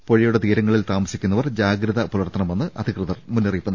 പുഴയുടെ തീരങ്ങളിൽ താമസിക്കുന്നവർ ജാഗ്രത പുലർത്ത ണമെന്ന് അധികൃതർ അറിയിച്ചു